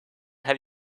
have